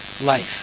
life